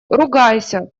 ругайся